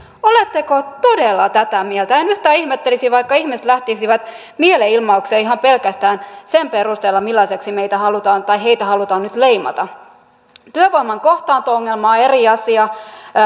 oletteko todella tätä mieltä en yhtään ihmettelisi vaikka ihmiset lähtisivät mielenilmaukseen ihan pelkästään sen perusteella millaiseksi heitä halutaan nyt leimata työvoiman kohtaanto ongelma on eri asia